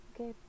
Okay